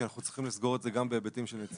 אנחנו צריכים לסגור את זה גם בהיבטים של נציבות.